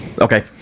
Okay